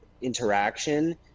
interaction